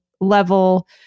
level